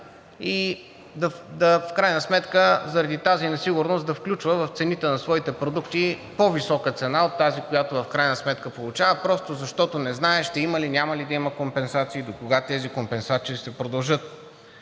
и в крайна сметка заради тази несигурност да включва в цените на своите продукти по-висока цена от тази, която в крайна сметка получава, просто защото не знае ще има ли, няма ли да има компенсации, докога тези компенсации ще продължат.